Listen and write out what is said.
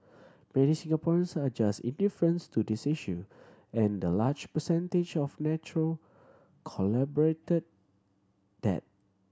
many Singaporeans are just indifference to this issue and the large percentage of neutral corroborated that